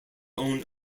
own